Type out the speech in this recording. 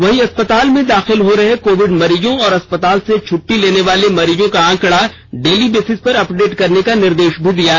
वहीं अस्पताल में दाखिल हो रहे कोविड मरीजों और अस्पताल से छुट्टी लेने वाले मरीजों का आंकड़ा डेली बेसिस पर अपडेट करने का निर्देश दिया गया